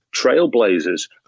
trailblazers